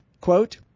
Quote